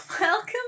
welcome